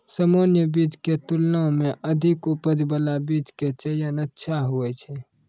सामान्य बीज के तुलना मॅ अधिक उपज बाला बीज के चयन अच्छा होय छै